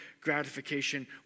gratification